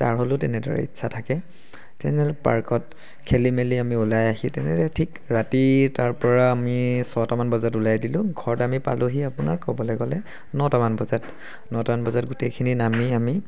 যাৰ হ'লেও তেনেদৰে ইচ্ছা থাকে তেনেদৰে পাৰ্কত খেলি মেলি আমি ওলাই আহি তেনেদৰে ঠিক ৰাতি তাৰ পৰা আমি ছটামান বজাত ওলাই দিলোঁ ঘৰত আমি পালোঁহি আপোনাৰ ক'বলৈ গ'লে নটামান বজাত নটামান বজাত গোটেইখিনি নামি আমি